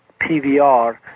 PVR